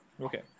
Okay